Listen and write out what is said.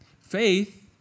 Faith